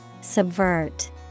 Subvert